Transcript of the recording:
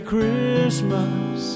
Christmas